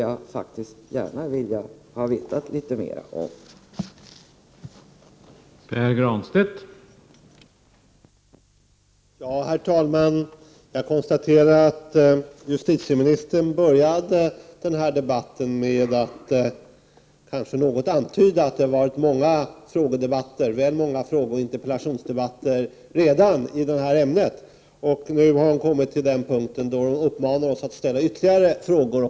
Jag skulle gärna vilja veta litet mer om detta.